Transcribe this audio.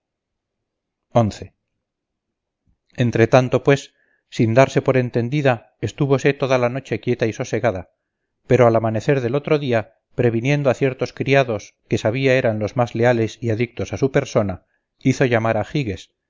entretanto pues sin darse por entendida estúvose toda la noche quieta y sosegada pero al amanecer del otro día previniendo a ciertos criados que sabía eran los más leales y adictos a su persona hizo llamar a giges